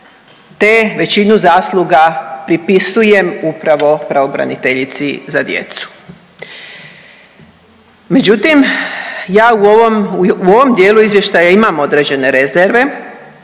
te većinu zasluga pripisujem upravo pravobraniteljici za djecu. Međutim, ja u ovom dijelu izvještaja imam određene rezerve